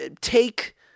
take